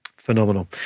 Phenomenal